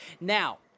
Now